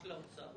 רק לאוצר.